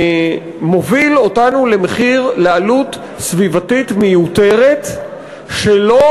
מוביל אותנו לעלות סביבתית מיותרת שלא